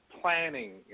planning